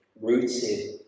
rooted